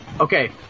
Okay